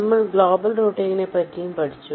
നമ്മൾ ഗ്ലോബൽ റൂട്ടിങ്ങിനെ പറ്റിയും പഠിച്ചു